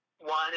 One